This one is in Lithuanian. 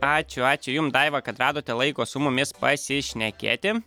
ačiū ačiū jum daiva kad radote laiko su mumis pasišnekėti